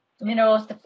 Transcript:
minerals